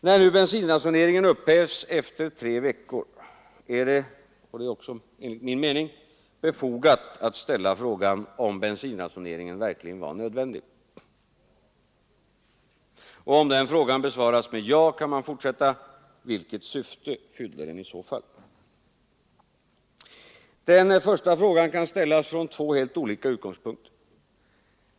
När nu bensinransoneringen upphävts efter tre veckor är det — också enligt min mening — befogat att ställa frågan om bensinransoneringen verkligen var nödvändig. Och om den frågan besvaras med ja, kan man fortsätta: Vilket syfte fyllde den i så fall? Den första frågan kan ställas från två helt olika utgångspunkter.